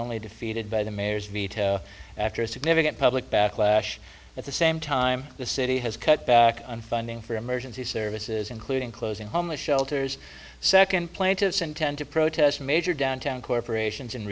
only defeated by the mayor's meeting after a significant public backlash at the same time the city has cut back on funding for emergency services including closing homeless shelters second plaintiffs intend to protest major downtown corporations